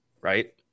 right